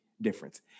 difference